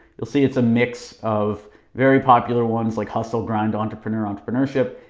you'll see it's a mix of very popular ones like hustle, grind, entrepreneur, entrepreneurship,